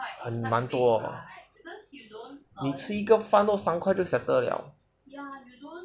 蛮多你吃一个饭都三块就 settle liao